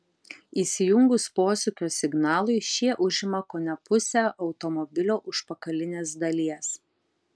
įsijungus posūkio signalui šie užima kone pusę automobilio užpakalinės dalies